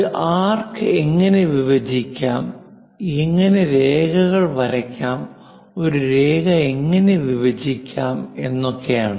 ഒരു ആർക്ക് എങ്ങനെ വിഭജിക്കാം എങ്ങനെ രേഖകൾ വരയ്ക്കാം ഒരു രേഖ എങ്ങനെ വിഭജിക്കാം എന്നൊക്കെയാണ്